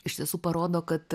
iš tiesų parodo kad